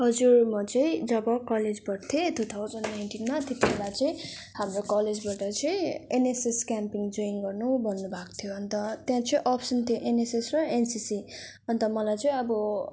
हजुर म चाहिँ जब कलेज पढ्थेँ टु थाउजन नाइन्टिनमा त्यति बेला चाहिँ हाम्रो कलेजबाट चाहिँ एनएसएस क्याम्पिङ ज्वाइन गर्नु भन्नुभएको थियो अन्त त्यहाँ चाहिँ अप्सन थियो एनएसएस र एनसिसी अन्त मलाई चाहिँ अब